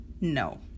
No